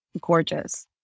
gorgeous